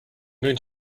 going